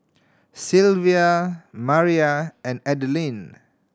Silvia Maira and Adline